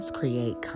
create